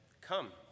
come